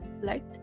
light